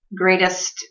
greatest